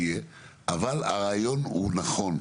אבל, הרעיון הוא רעיון נכון.